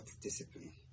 discipline